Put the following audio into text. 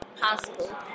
possible